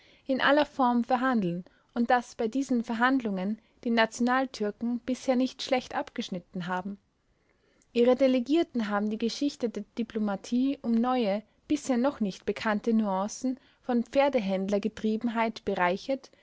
in aller form verhandeln und daß bei diesen verhandlungen die nationaltürken bisher nicht schlecht abgeschnitten haben ihre delegierten haben die geschichte der diplomatie um neue bisher noch nicht bekannte nüancen von pferdehändlergeriebenheit bereichert